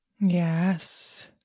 Yes